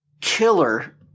killer